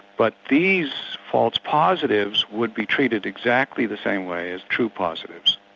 but these false positives would be treated exactly the same way as true positives.